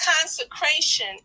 consecration